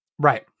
right